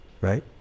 right